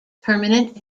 permanent